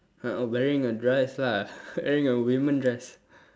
uh wearing a dress lah wearing a woman dress